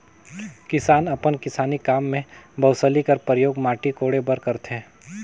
किसान अपन किसानी काम मे बउसली कर परियोग माटी कोड़े बर करथे